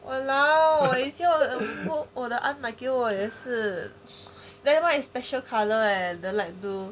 !walao! eh 以前我的 aunt 买给我我也是 then the special colour eh the light blue